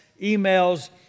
emails